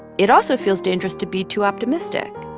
it also feels dangerous to be too optimistic.